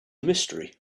mystery